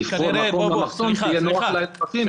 לבחור מקום למחסום שיהיה נוח לאזרחים כשהם יחזרו.